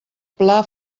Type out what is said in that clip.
pla